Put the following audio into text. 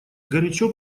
горячо